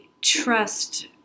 trust